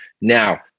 now